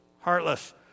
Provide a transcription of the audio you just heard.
heartless